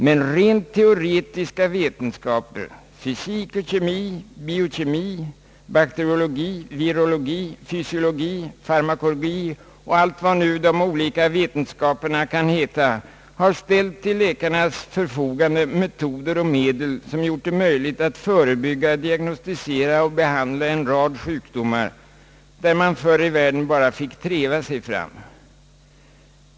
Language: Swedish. Men rent teoretiska vetenskaper som fysik och kemi, biokemi, bakteriologi, virologi, fysiologi, farmakologi och allt vad de olika vetenskaperna nu kan heta, har ställt till läkarnas förfogande metoder och medel som gjort del möjligt att förebygga, diagnostisera och behandla en rad sjukdomar, i fråga om vilken man förr i världen fick bara treva sig fram.